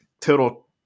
total